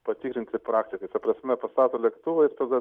patikrinti praktikoj ta prasme pastato lėktuvą ir jis tada